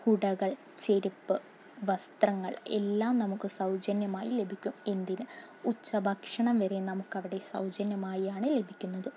കുടകൾ ചെരുപ്പ് വസ്ത്രങ്ങൾ എല്ലാം നമുക്ക് സൗജന്യമായി ലഭിക്കും എന്തിന് ഉച്ചഭക്ഷണം വരെ നമുക്കവിടെ സൗജന്യമായി ആണ് ലഭിക്കുന്നത്